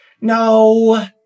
no